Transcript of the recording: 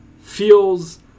feels